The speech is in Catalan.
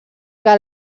que